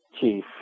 chief